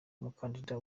umukandida